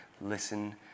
Listen